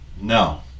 No